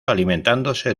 alimentándose